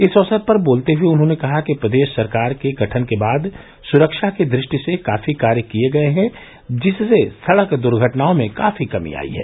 इस अवसर पर बोलते हुए उन्होंने कहा कि प्रदेश सरकार के गठन के बाद सुरक्षा की दृष्टि से काफी कार्य किये गये हैं जिससे सड़क दुर्घटनाओं में काफी कमी आई है